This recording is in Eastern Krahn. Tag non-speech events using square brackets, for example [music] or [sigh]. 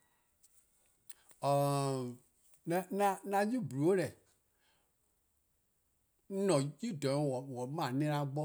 :Oror: [hesitation] 'an 'yu-yu: ti, 'an nyor+ :klaba'+ on 'mor-: :a nena-dih-a bo,